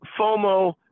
FOMO